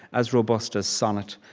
as robust as sonnet,